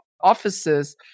offices